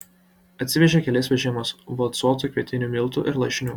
atsivežė kelis vežimus valcuotų kvietinių miltų ir lašinių